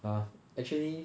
ah actually